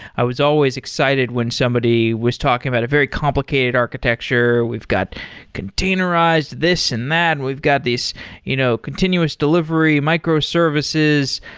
i was always excited when somebody was talking about a very complicated architecture. we've got containerized this and that and we've got these you know continuous delivery, microservices,